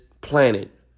planet